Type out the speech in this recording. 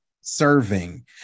Serving